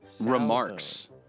Remarks